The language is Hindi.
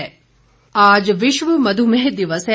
मधुमेह आज विश्व मध्मेह दिवस है